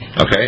Okay